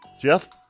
Jeff